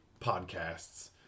podcasts